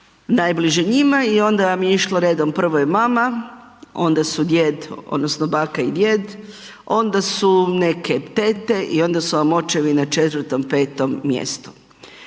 najbliže njima i onda vam je išlo redom, prvo je mama, onda su djed odnosno baka i djed, onda su neke tete i onda su vam očevi na 4-5 mjestu.